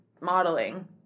modeling